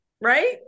right